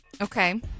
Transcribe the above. Okay